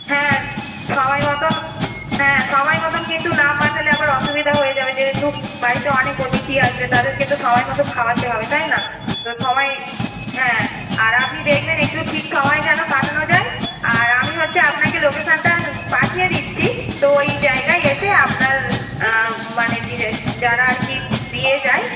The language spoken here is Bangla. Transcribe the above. হ্যাঁ সময় মতন হ্যাঁ সময় মতন কিন্তু না পাঠালে আবার অসুবিধা হয়ে যাবে যেহেতু বাড়িতে অনেক অতিথি আসবে তাদেরকে তো সময় মতো খাওয়াতে হবে তাই না তো সময় হ্যাঁ আর আপনি দেখবেন একটু ঠিক সময় যেন পাঠানো যায় আর আমি হচ্ছে আপনাকে লোকেশনটা পাঠিয়ে দিচ্ছি তো ওই জায়গায় এসে আপনার মানে যিরা আর কি দিয়ে যায়